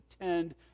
attend